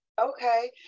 okay